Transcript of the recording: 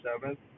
Seventh